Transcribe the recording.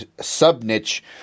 sub-niche